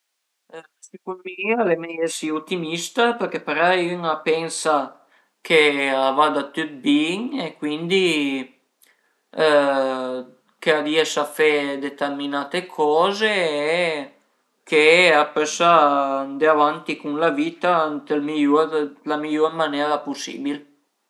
Secund mi al e mei esi utimista perché parei ün a pensa che a vada tüt bin e cuindi che a riesa a fe determinate coze e che a pösa andé avanti cun la vita ënt ël meiur ën la meiura manera pusibil